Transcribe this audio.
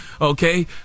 Okay